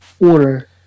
order